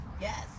Yes